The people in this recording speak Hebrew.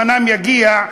זמנם יגיע,